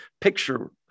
picture